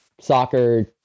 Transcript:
soccer